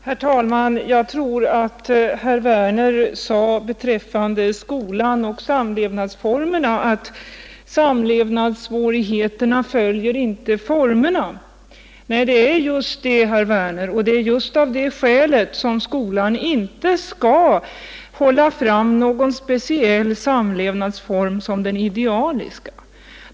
Herr talman! Herr Werner sade att samlevnadssvårigheterna inte följer samlevnadsformerna. Nej, det är just det, herr Werner. Och det är just av det skälet som skolan inte skall hålla fram någon speciell form som den idealiska.